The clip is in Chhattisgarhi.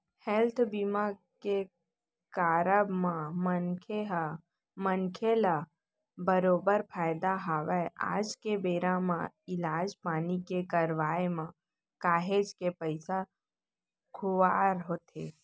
हेल्थ बीमा के कारब म मनखे ल बरोबर फायदा हवय आज के बेरा म इलाज पानी के करवाय म काहेच के पइसा खुवार होथे